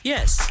Yes